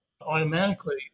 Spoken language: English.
automatically